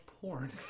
Porn